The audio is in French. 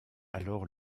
alors